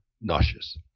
nauseous